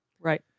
Right